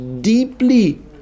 deeply